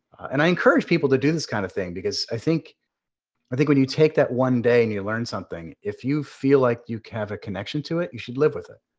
and i encourage people to do this kind of thing, because i think i think when you take that one day and you learn something, if you feel like you have a connection to it, you should live with it.